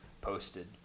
posted